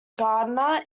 gardener